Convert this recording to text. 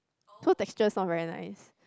so texture is not very nice